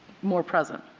more present.